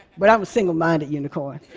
but i'm a single-minded unicorn.